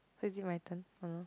so it will be my turn now